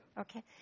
Okay